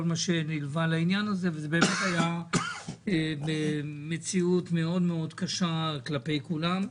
מה שנלווה לעניין הזה וזו באמת הייתה מציאות מאוד מאוד קשה כלפי כולם.